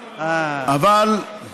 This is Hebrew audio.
אבל,